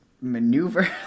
maneuver